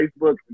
Facebook